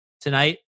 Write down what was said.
tonight